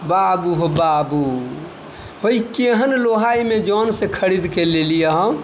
बाबू हो बाबू हय केहन लोहा एमेजोन सॅं खरीद के लैली अहाँ